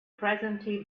presently